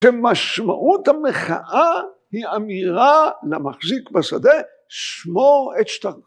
‫שמשמעות המחאה היא אמירה ‫למחזיק בשדה שמור את שתנות.